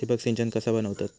ठिबक सिंचन कसा बनवतत?